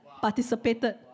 participated